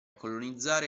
colonizzare